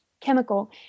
chemical